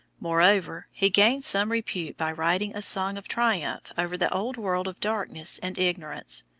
moreover, he gained some repute by writing a song of triumph over the old world of darkness and ignorance,